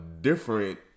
different